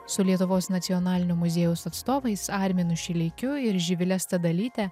su lietuvos nacionalinio muziejaus atstovais arminu šileikiu ir živile stadalyte